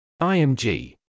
IMG